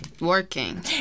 working